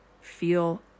Feel